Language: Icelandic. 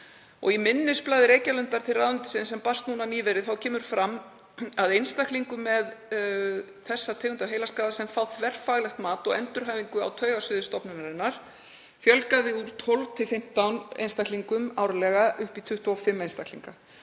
Í minnisblaði Reykjalundar til ráðuneytisins, sem barst núna nýverið, kemur fram að einstaklingum með þessa tegund af heilaskaða sem fá þverfaglegt mat og endurhæfingu á taugasviði stofnunarinnar fjölgaði úr 12–15 einstaklingum árlega upp í 25 einstaklinga.